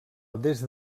des